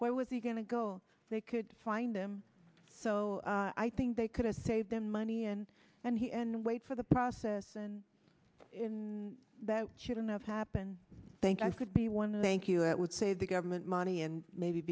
where was he going to go they could find them so i think they could have saved them money and and he and wait for the process and that shouldn't have happened thank i could be one length you it would save the government money and maybe